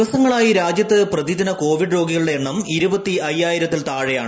ദിവസങ്ങളായി രാജ്യത്ത് പ്രതിദിന കോവിഡ് രോഗികളുടെ എണ്ണം ഇരുപത്തി അയ്യായിരത്തിൽ താഴെയാണ്